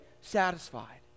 satisfied